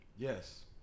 Yes